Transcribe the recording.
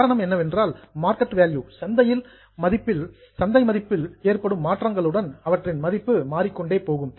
காரணம் என்னவென்றால் market value சந்தை மதிப்பில் ஏற்படும் மாற்றங்களுடன் அவற்றின் மதிப்பு மாறிக்கொண்டு போகும்